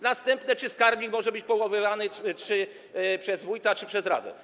Następne: Czy skarbnik może być powoływany przez wójta lub przez radę?